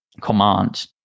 command